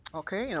okay. you know